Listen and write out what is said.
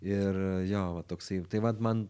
ir jo va toksai tai vat man